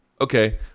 Okay